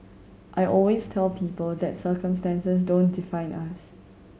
I always tell people that circumstances don't define us